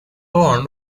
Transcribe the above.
horn